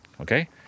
okay